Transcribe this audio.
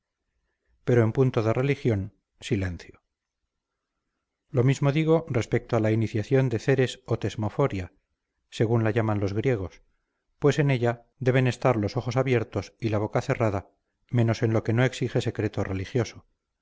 pero en punto de religión silencio lo mismo digo respecto a la iniciación de céres o tesmoforia según la llaman los griegos pues en ella deben estar los ojos abiertos y la boca cerrada menos en lo que no exige secreto religioso